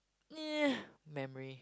memory